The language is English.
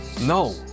No